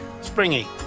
Springy